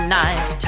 nice